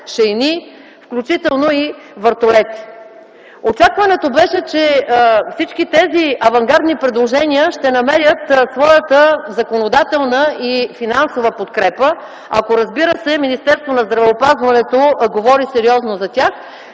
шейни, включително и вертолети. Очакването беше, че всички тези авангардни предложения ще намерят своята законодателна и финансова подкрепа, ако разбира се, Министерството на здравеопазването говори сериозно за тях.